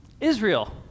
Israel